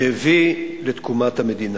שהביא לתקומת המדינה.